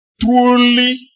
truly